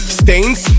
stains